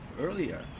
earlier